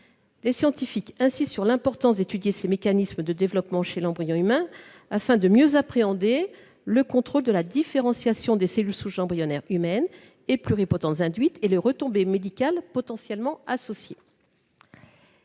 Les scientifiques insistent sur l'importance d'étudier ces mécanismes de développement chez l'embryon humain, afin de mieux appréhender le contrôle de la différenciation des cellules souches embryonnaires humaines et pluripotentes induites, ainsi que les retombées médicales potentiellement associées.